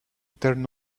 turn